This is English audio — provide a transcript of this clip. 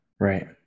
right